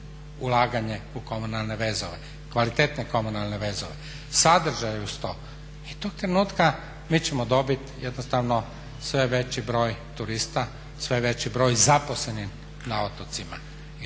ulaganje u komunalne vezove, kvalitetne komunalne vezove. Sadržaj uz to i tog trenutka mi ćemo dobiti jednostavno sve veći broj turista, sve veći broj zaposlenih na otocima.